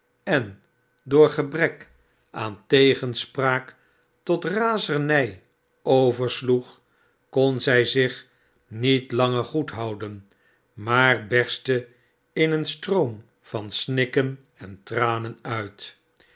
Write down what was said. en door gebrek aan tegenspraak tot razernij oversloeg kon zij zich niet langer goedhouden maar berstte in een stroom van snikken en tranen uit